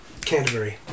canterbury